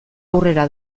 aurrera